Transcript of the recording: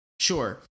sure